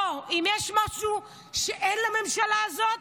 בואו, אם יש משהו שאין לממשלה הזאת,